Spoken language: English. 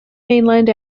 mainland